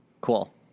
Cool